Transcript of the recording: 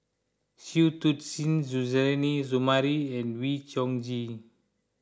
Shui Tit Sing Suzairhe Sumari and Wee Chong Jin